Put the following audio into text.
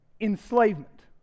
enslavement